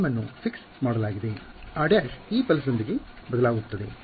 ಆದ್ದರಿಂದ grmr′ rm ಅನ್ನು fix ಮಾಡಲಾಗಿದೆ r′ ಈ ಪಲ್ಸ್ ದೊಂದಿಗೆ ಬದಲಿಸಲಾಗುತ್ತದೆ